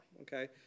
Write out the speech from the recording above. okay